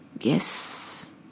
yes